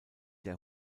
der